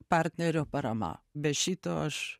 partnerio parama be šito aš